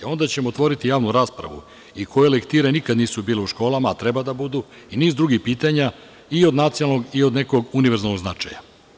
Onda ćemo otvoriti javnu raspravu i koje lektire nikad nisu bile u školama, a treba da budu i niz drugih pitanja i od nacionalnog i od nekog univerzalnog značaja.